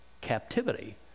captivity